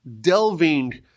delving